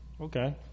okay